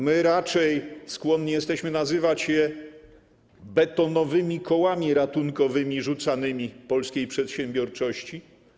My raczej skłonni jesteśmy nazywać je betonowymi kołami ratunkowymi rzucanymi polskiej przedsiębiorczości.